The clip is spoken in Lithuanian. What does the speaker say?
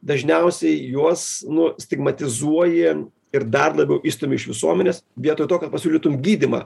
dažniausiai juos nu stigmatizuoji ir dar labiau išstumi iš visuomenės vietoj to kad pasiūlytum gydymą